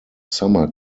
summer